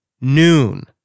noon